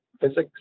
physics